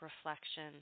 reflection